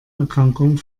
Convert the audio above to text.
erkrankung